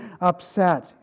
upset